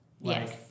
Yes